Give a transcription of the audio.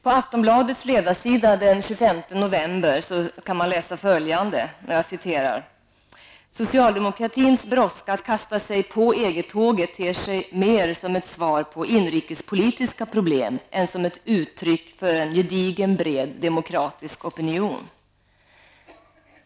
På Aftonbladets ledarsida den 25 november står det att läsa följande: ''Socialdemokratins brådska att kasta sig på EG-tåget ter sig mer som ett svar på inrikespolitiska problem än som ett uttryck för en gedigen, bred demokratisk folkopinion.